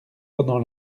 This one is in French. pendant